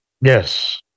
yes